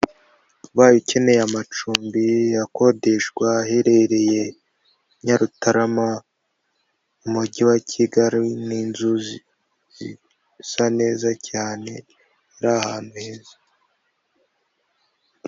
Ubaye ukeneye amacumbi akodeshwa aherereye i Nyarutarama mu Mujyi wa Kigali, ni inzuzi zisa neza cyane ziri ahantu heza.